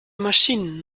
maschinen